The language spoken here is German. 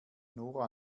nora